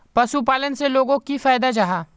पशुपालन से लोगोक की फायदा जाहा?